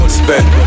spend